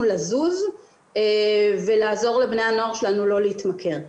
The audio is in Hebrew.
לזוז ולעזור לבני הנוער שלנו לא להתמכר.